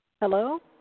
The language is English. Hello